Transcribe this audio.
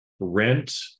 rent